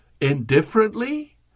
Indifferently